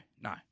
no